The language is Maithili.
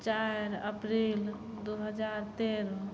चार अप्रिल दुइ हजार तेरह